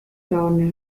governor